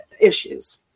issues